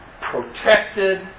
protected